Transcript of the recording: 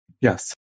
Yes